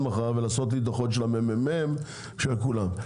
מחר ולעשות לי דוחות של הממ"מ ושל כולם,